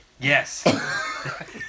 Yes